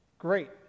Great